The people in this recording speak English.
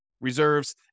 reserves